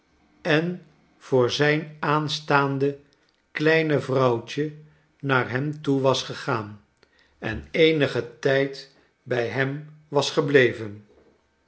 en voor zrjn aanstaande kleine vrouwtje naar hem toe was gegaan en eenigen tijd bij hem was gebleven